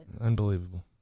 Unbelievable